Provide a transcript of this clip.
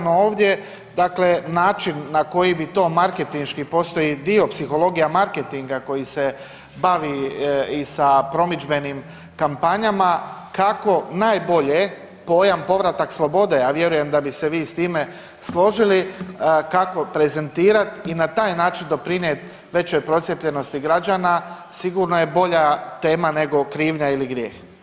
No ovdje, način na koji bi to marketinški postoji dio psihologija marketinga koji se bavi i sa promidžbenim kampanjama kako najbolje pojam povratak slobode, a vjerujem da bi se vi sa time složili kako prezentirati i na taj način doprinijeti većoj procijepljenosti građana sigurno je bolja tema nego krivnja ili grijeh.